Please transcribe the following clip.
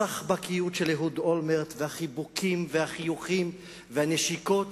הסחבקיות של אהוד אולמרט והחיבוקים והחיוכים והנשיקות